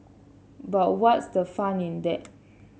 but what's the fun in that